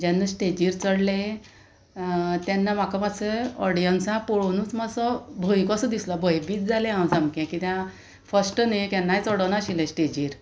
जेन्ना स्टेजीर चडलें तेन्ना म्हाका मात्शें ऑडियन्सां पळोवनू मात्सो भंय कसो दिसलो भंयभीत जालें हांव सामकें कित्याक फस्ट न्ही केन्नाय चडों नाशिल्लें स्टेजीर